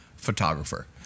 Photographer